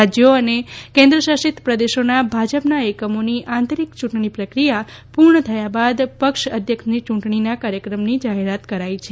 રાજ્યો અને કેન્દ્ર શાસિત પ્રદેશોના ભાજપ એકમોની આંતરીક યૂંટણી પ્રક્રિયા પૂર્ણ થયા બાદ પક્ષ અધ્યક્ષની યૂંટણીના કાર્યક્રમની જાહેરાત કરાઈ છે